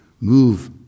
move